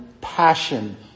passion